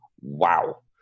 wow